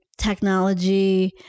Technology